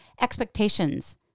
expectations